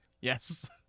Yes